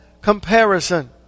comparison